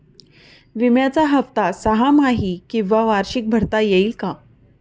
विम्याचा हफ्ता सहामाही किंवा वार्षिक भरता येईल का?